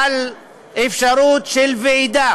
על אפשרות של ועידה